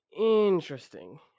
interesting